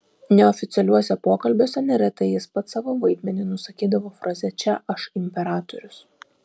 neoficialiuose pokalbiuose neretai jis pats savo vaidmenį nusakydavo fraze čia aš imperatorius